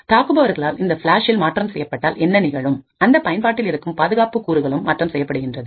தாக்குபவர்களால் இந்த ஃபிளாஷ்இல் மாற்றம் செய்யப்பட்டால் என்ன நிகழும் அந்த பயன்பாட்டில் இருக்கும் பாதுகாப்பு கூறுகளும் மாற்றம் செய்யப்படுகின்றன